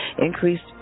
increased